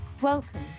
Welcome